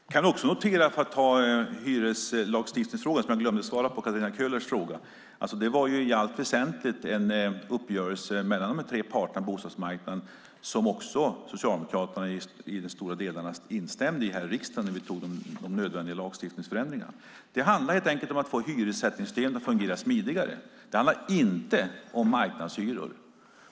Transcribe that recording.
Jag kan också notera, för att ta Katarina Köhlers fråga om hyreslagstiftning som jag glömde att svara på, att det i allt väsentligt var en uppgörelse mellan de tre parterna på bostadsmarknaden som Socialdemokraterna i de stora delarna instämde i här i riksdagen när vi antog de nödvändiga lagstiftningsförändringarna. Det handlar helt enkelt om att få hyressättningssystemet att fungera smidigare. Det handlar inte om marknadshyror.